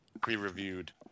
pre-reviewed